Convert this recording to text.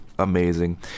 amazing